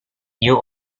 new